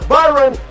Byron